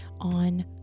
on